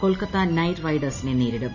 Kolkata Knight റൈഡേഴ്സിനെ നേരിടും